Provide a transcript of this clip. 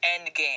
Endgame